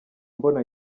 mbona